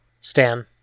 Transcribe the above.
Stan